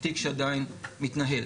בתיק שעדיין מתנהל.